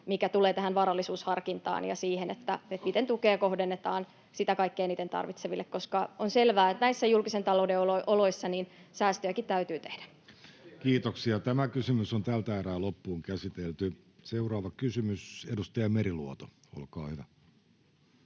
mitä tulee tähän varallisuusharkintaan ja siihen, miten tukea kohdennetaan sitä kaikkein eniten tarvitseville, koska on selvää, että näissä julkisen talouden oloissa säästöjäkin täytyy tehdä. Seuraava kysymys. — Edustaja Meriluoto, olkaa hyvä.